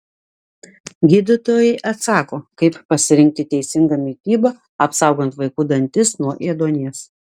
gydytojai atsako kaip pasirinkti teisingą mitybą apsaugant vaikų dantis nuo ėduonies